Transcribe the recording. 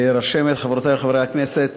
רשמת, חברותי וחברי הכנסת,